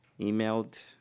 emailed